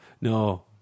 No